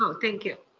um thank you.